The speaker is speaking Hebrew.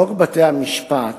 חוק בתי-המשפט